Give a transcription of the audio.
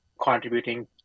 contributing